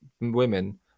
women